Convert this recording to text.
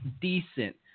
decent